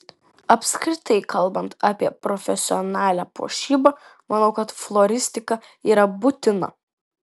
apskritai kalbant apie profesionalią puošybą manau kad floristika yra būtina